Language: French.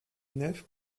nef